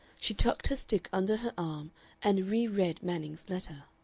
she tucked her stick under her arm and re-read manning's letter.